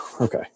Okay